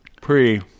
pre